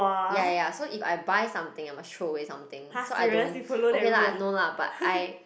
ya ya ya so if I buy something I must throw away something so I don't okay lah no lah but I